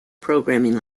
programming